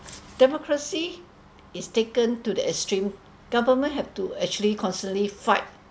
democracy is taken to the extreme government have to actually constantly fight